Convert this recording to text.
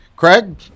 Craig